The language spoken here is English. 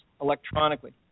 electronically